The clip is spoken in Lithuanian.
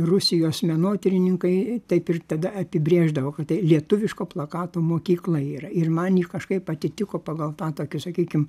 rusijos menotyrininkai taip ir tada apibrėždavo kad tai lietuviško plakato mokykla yra ir man ji kažkaip atitiko pagal tą tokį sakykim